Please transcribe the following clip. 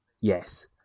Yes